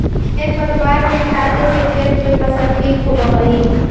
खेर पतवार के हटावे से खेत में फसल ठीक होबऽ हई